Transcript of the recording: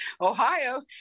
Ohio